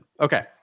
Okay